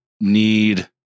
need